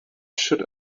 should